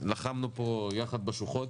לחמנו פה יחד בשוחות,